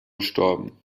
gestorben